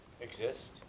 exist